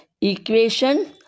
equation